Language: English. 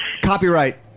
Copyright